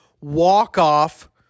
walk-off